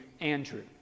Andrew